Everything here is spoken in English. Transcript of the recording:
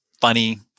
funny